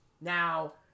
Now